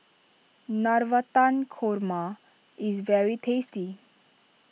Navratan Korma is very tasty